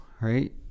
right